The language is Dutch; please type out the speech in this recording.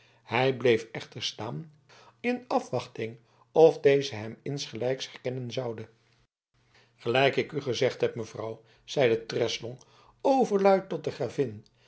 hij bleef echter staan in afwachting of deze hem insgelijks herkennen zoude gelijk ik u gezegd heb mevrouw zeide treslong overluid tot de gravin